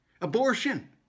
abortion